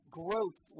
growth